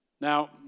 Now